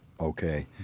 Okay